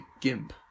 gimp